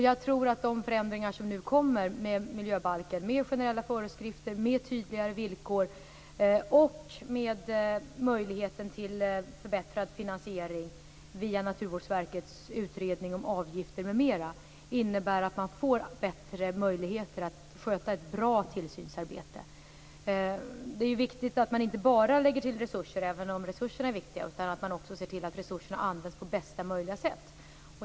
Jag tror att de förändringar som nu kommer i och med miljöbalken - generella föreskrifter, tydliga villkor och möjlighet till förbättrad finansiering via Naturvårdsverkets utredning om avgifter m.m. - innebär att det blir större möjligheter att göra ett bra tillsynsarbete. Det är ju viktigt att man inte bara avsätter resurser, även om det är viktigt. Man måste också se till att resurserna används på bästa sätt.